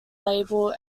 label